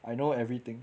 I know everything